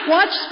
Watch